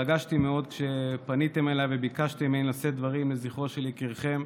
התרגשתי מאוד כשפניתם אליי וביקשתם ממני לשאת דברים לזכרו של יקירכם,